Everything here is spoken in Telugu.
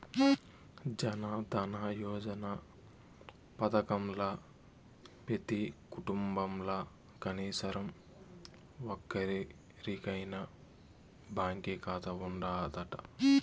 జనదన యోజన పదకంల పెతీ కుటుంబంల కనీసరం ఒక్కోరికైనా బాంకీ కాతా ఉండాదట